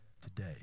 today